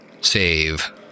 save